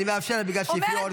אני מאפשר לה בגלל שהפריעו לה.